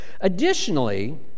additionally